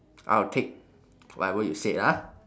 I'll take whatever you said ah